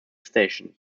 station